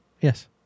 Yes